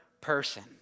person